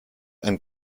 ein